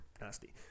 nasty